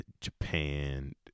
Japan